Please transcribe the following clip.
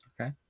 Okay